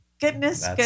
goodness